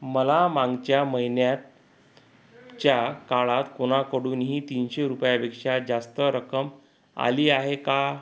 मला मागच्या महिन्यात च्या काळात कोणाकडूनही तीनशे रुपयापेक्षा जास्त रक्कम आली आहे का